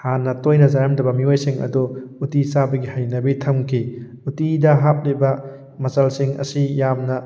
ꯍꯥꯟꯅ ꯇꯣꯏꯅ ꯆꯥꯔꯝꯗꯕ ꯃꯤꯑꯣꯏꯁꯤꯡ ꯑꯗꯨ ꯎꯇꯤ ꯆꯥꯕꯒꯤ ꯍꯩꯅꯕꯤ ꯊꯝꯈꯤ ꯎꯇꯤꯗ ꯍꯥꯞꯂꯤꯕ ꯃꯆꯜꯁꯤꯡ ꯑꯁꯤ ꯌꯥꯝꯅ